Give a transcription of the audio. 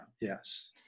yes